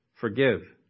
Forgive